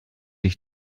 dich